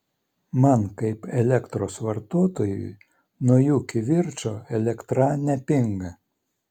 man kaip elektros vartotojui nuo jų kivirčo elektra nepinga